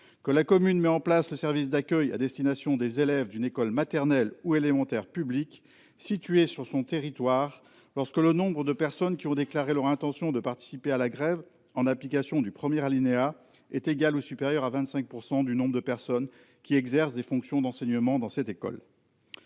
que « la commune met en place le service d'accueil à destination des élèves d'une école maternelle ou élémentaire publique située sur son territoire lorsque le nombre de personnes qui ont déclaré leur intention de participer à la grève en application du premier alinéa est égal ou supérieur à 25 % du nombre de personnes qui exercent des fonctions d'enseignement dans cette école